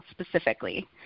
specifically